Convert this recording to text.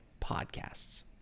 podcasts